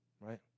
right